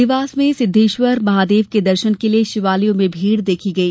देवास में सिद्वेश्वर महादेव के दर्शन के लिये शिवालयों में भीड़ देखी गई